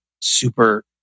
super